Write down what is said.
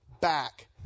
back